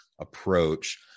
approach